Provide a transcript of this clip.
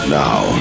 now